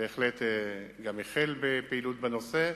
והוא החל בפעילות בנושא,